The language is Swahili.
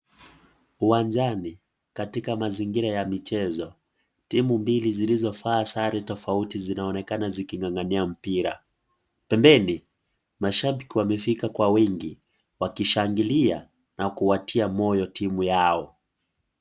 Uwanjani, katika mazingira ya michezo, timu mbili zilizovaa sare tofauti zinaonekana ziking'ang'ania mpira. Pembeni, mashabiki wamefika kwa wingi, wakishangilia na kuwatia moyo timu yao.